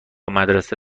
مدرسه